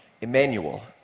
Emmanuel